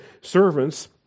servants